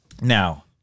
Now